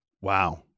Wow